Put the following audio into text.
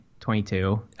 22